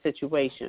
situation